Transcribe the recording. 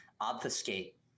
obfuscate